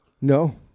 No